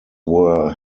were